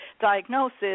diagnosis